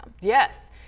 Yes